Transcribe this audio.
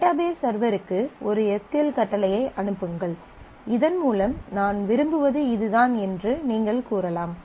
database சர்வருக்கு ஒரு S Q L கட்டளையை அனுப்புங்கள் இதன்மூலம் நான் விரும்புவது இதுதான் என்று நீங்கள் கூறலாம்